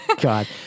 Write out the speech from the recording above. God